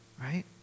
right